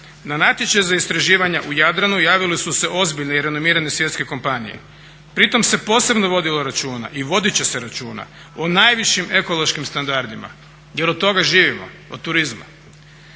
Na natječaj za istraživanja u Jadranu javile su se ozbiljne i renomirane svjetske kompanije. Pri tome se posebno vodilo računa i voditi će se računa o najvišim ekološkim standardima jer od toga živimo, od turizma.